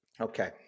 Okay